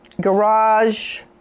Garage